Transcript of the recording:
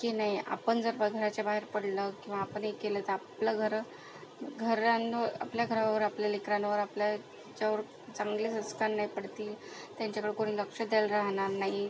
की नाही आपण जर वर्तुळाच्या बाहेर पडलं किंवा आपण हे केलं तर आपलं घर घरांव आपल्या घरावर आपल्या लेकरांवर आपल्या याच्यावर चांगले संस्कार नाही पडतील त्यांच्याकडे कोणी लक्ष द्यायला राहणार नाही